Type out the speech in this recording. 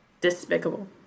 Despicable